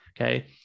okay